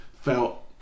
felt